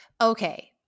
Okay